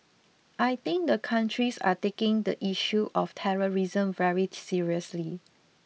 I think the countries are taking the issue of terrorism very seriously